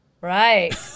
Right